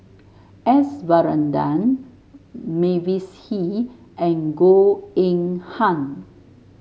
S Varathan Mavis Hee and Goh Eng Han